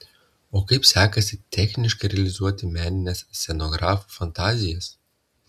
o kaip sekasi techniškai realizuoti menines scenografų fantazijas